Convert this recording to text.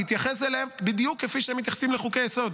תתייחס אליהם בדיוק כפי שהם מתייחסים לחוקי-היסוד.